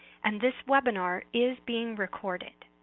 and this webinar is being recorded.